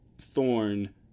thorn